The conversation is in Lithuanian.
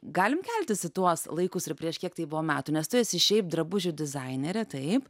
galim keltis į tuos laikus ir prieš kiek tai buvo metų nes tu esi šiaip drabužių dizainerė taip